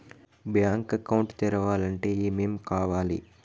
Bank account తెరవాలంటే ఏమేం కావాలి?